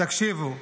תקשיבו,